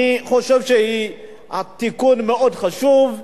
אני חושב שהתיקון מאוד חשוב,